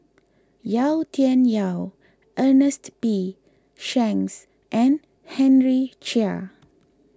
Yau Tian Yau Ernest P Shanks and Henry Chia